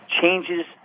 changes